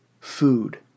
food